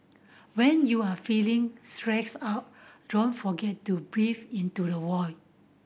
when you are feeling stressed out don't forget to breathe into the void